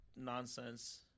nonsense